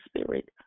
Spirit